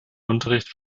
unterricht